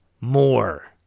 more